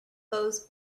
goes